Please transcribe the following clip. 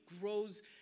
grows